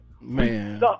Man